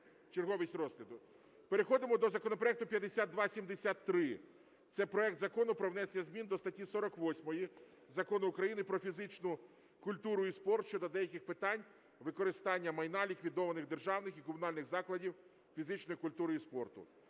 черговість розгляду? Переходимо до законопроекту 5273. Це проект Закону про внесення змін до статті 48 Закону України "Про фізичну культуру і спорт" щодо деяких питань використання майна ліквідованих державних і комунальних закладів фізичної культури і спорту.